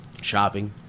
shopping